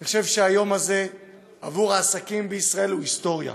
אני חושב שהיום הזה עבור העסקים בישראל הוא היסטוריה.